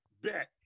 Bet